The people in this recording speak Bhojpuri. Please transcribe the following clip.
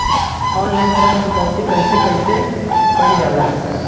ऑनलाइन ऋण चुकौती कइसे कइसे कइल जाला?